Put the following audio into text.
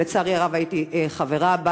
שלצערי הרב הייתי חברה בה